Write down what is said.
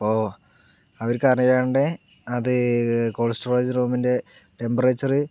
അപ്പോൾ അവർക്ക് അറിയാണ്ട് അത് കോൾഡ് സ്റ്റോറേജ് റൂമിൻ്റെ ടെമ്പറേച്ചറ്